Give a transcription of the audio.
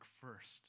first